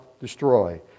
destroy